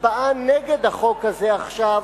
הצבעה נגד החוק הזה עכשיו